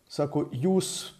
sako jūs